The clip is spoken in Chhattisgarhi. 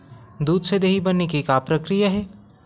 दूध से दही बने के का प्रक्रिया हे?